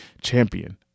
champion